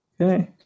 Okay